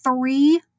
three